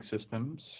Systems